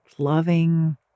loving